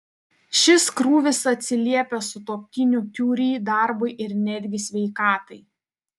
šis krūvis atsiliepia sutuoktinių kiuri darbui ir netgi sveikatai